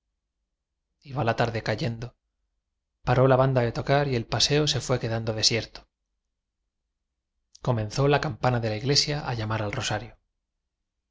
iba la tarde cayendo paró la banda de tocar y el paseo se fue quedando desierto c o m e n zó la cam p an a de la iglesia a llam ar al rosario